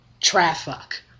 traffic